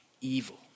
evil